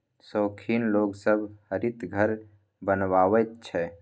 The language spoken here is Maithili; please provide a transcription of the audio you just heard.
शौखीन लोग सब हरित घर बनबैत छै